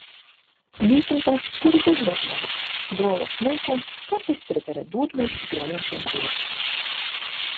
vykintas kūrybingas žmogus groja smuiku kartais pritaria dūdmaišiu grojančiam tėčiui